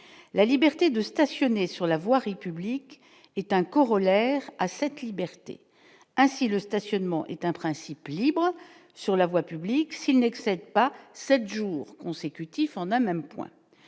la liberté de stationner sur la voirie publique est un corollaire à cette liberté ainsi le stationnement est un principe libre sur la voie publique, s'il n'excède pas 7 jours consécutifs en un même point